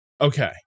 okay